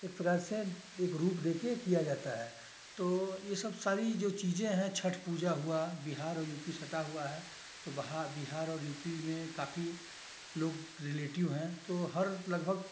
एक प्रकार से एक रूप देके किया जाता है तो ये सब सारी जो चीज़ें हैं छठ पूजा हुआ बिहार और यू पी सटा हुआ है तो बाह बिहार और यू पी में काफ़ी लोग रेलेटिव है तो हर लगभग